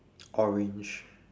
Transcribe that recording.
orange